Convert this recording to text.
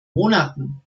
monaten